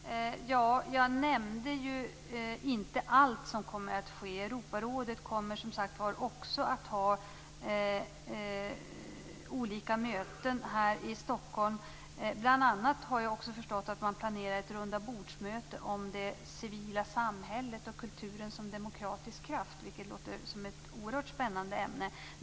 Herr talman! Jag nämnde inte allt som kommer att ske. Europarådet kommer, som sagt var, också att ha olika möten här i Stockholm. Jag har förstått att man bl.a. planerar ett rundabordsmöte om det civila samhället och kulturen som demokratisk kraft, vilket låter som ett oerhört spännande ämne.